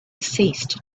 ceased